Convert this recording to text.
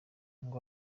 ngo